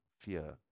fear